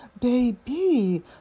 baby